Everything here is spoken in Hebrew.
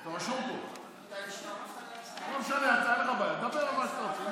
לא משנה, אתה, אין לך בעיה, דבר על מה שאתה רוצה.